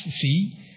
see